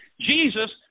Jesus